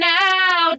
now